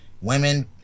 women